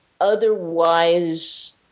otherwise